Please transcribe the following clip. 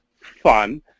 fun